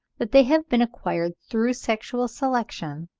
that they have been acquired through sexual selection,